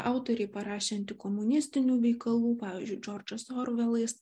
autoriai parašę antikomunistinių veikalų pavyzdžiui džordžas orvelas